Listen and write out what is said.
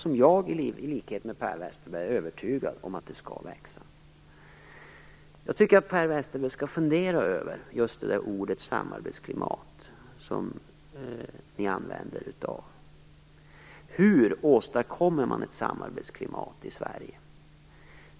I likhet med Per Westerberg är jag nämligen övertygad om att det skall växa. Jag tycker att Per Westerberg skall fundera över det ord som har använts: samarbetsklimat. Hur åstadkommer man ett samarbetsklimat i Sverige?